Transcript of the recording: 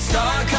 Star